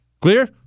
Clear